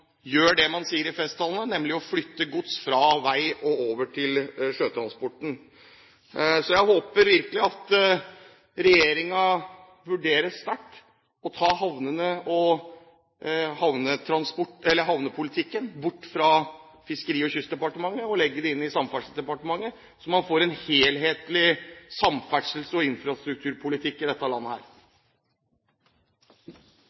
gjør det man sier i festtalene, nemlig å flytte gods fra vei og over til sjøtransport. Jeg håper virkelig at regjeringen vurderer sterkt å ta havnepolitikken bort fra Fiskeri- og kystdepartementet og legge den i Samferdselsdepartementet, slik at man får en helhetlig samferdsels- og infrastrukturpolitikk i dette landet.